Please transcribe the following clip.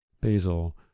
Basil